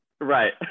Right